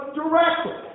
directly